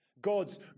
god's